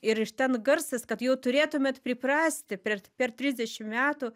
ir iš ten garsas kad jau turėtumėt priprasti per per trisdešim metų